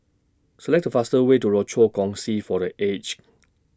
Select The fastest Way to Rochor Kongsi For The Aged